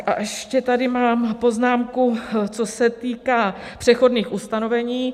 A ještě tady mám poznámku, co se týká přechodných ustanovení.